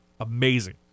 amazing